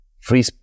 Free